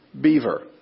Beaver